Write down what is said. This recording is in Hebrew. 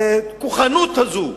הכוחנות זאת,